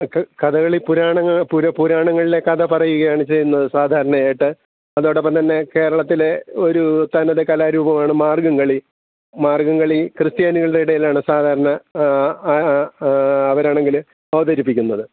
ക് കഥകളി പുരാണങ്ങളെ പു പുരാണങ്ങളിലെ കഥ പറയുകയാണ് ചെയ്യുന്നത് സാധാരണയായിട്ട് അതോടൊപ്പം തന്നെ കേരളത്തിലെ ഒരു തനത് കലാരൂപമാണ് മാർഗ്ഗം കളി മാർഗ്ഗം കളി ക്രിസ്ത്യാനികളുടെ ഇടയിലാണ് സാധാരണ അവരാണെങ്കിൽ അവതരിപ്പിക്കുന്നത്